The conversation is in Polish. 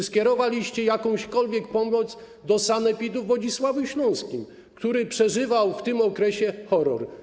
Czy skierowaliście jakąkolwiek pomoc do sanepidu w Wodzisławiu Śląskim, który przeżywał w tym okresie horror?